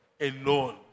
alone